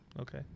Okay